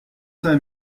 cinq